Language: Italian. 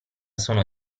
sono